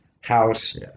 house